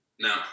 No